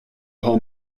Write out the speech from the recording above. paul